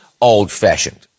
old-fashioned